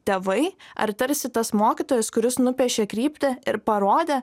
tėvai ar tarsi tas mokytojas kuris nupiešė kryptį ir parodė